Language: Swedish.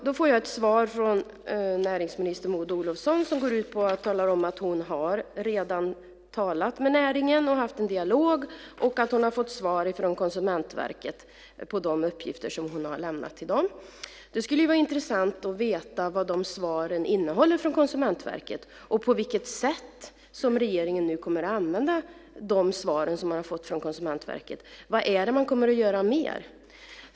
Då får jag ett svar från näringsminister Maud Olofsson där hon talar om att hon redan har talat med näringen och haft en dialog och att hon har fått svar från Konsumentverket på de uppgifter som hon har lämnat till dem. Det skulle vara intressant att veta vad de svaren från Konsumentverket innehåller och på vilket sätt regeringen nu kommer att använda de svaren. Vad kommer man att göra mer?